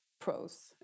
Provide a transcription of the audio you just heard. pros